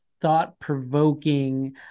thought-provoking